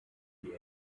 die